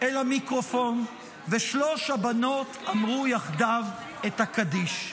אל המיקרופון, ושלוש הבנות אמרו יחדיו את הקדיש.